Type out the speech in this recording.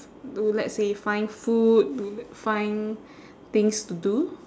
to let's say find food do find things to do